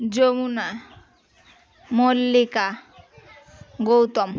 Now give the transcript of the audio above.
Jamuna Mallika Gautam